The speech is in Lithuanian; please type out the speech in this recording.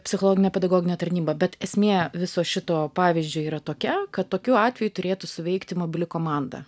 psichologinė pedagoginė tarnyba bet esmė viso šito pavyzdžio yra tokia kad tokiu atveju turėtų suveikti mobili komanda